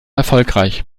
erfolgreich